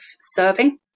serving